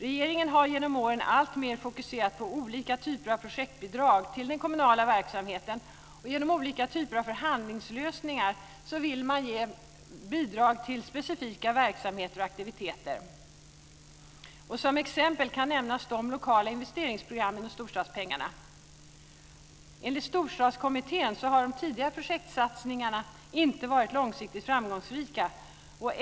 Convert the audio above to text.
Regeringen har alltmer genom åren fokuserat på olika typer av projektbidrag till den kommunala verksamheten och på att genom olika typer av förhandlingslösningar ge stöd till specifika verksamheter och aktiviteter. Som exempel kan nämnas de lokala investeringsprogrammen och storstadspengarna. Enligt storstadskommittén har de tidigare projektsatsningarna inte varit långsiktigt framgångsrika.